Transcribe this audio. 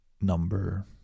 number